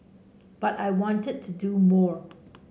but I wanted to do more